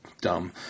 dumb